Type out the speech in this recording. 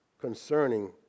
concerning